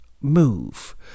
move